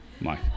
Mike